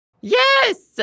yes